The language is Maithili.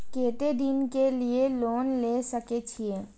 केते दिन के लिए लोन ले सके छिए?